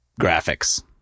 graphics